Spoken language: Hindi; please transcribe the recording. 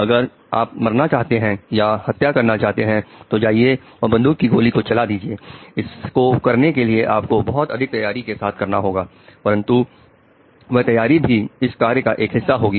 अगर आप मारना चाहते हैं या हत्या करना चाहते हैं तो जाइए और बंदूक की गोली को चला दीजिए इसको करने के लिए आपको बहुत अधिक तैयारी के साथ करना होगा परंतु वह तैयारी भी इस कार्य का एक हिस्सा होगी